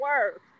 work